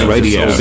Radio